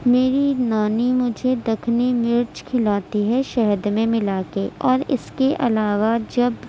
میری نانی مجھے دکنی مرچ کھلاتی ہے شہد میں ملا کے اور اس کے علاوہ جب